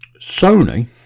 Sony